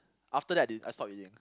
after that I didn't I stop reading